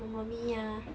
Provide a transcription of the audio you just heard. mamma mia